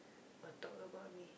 or talk about me